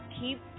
keep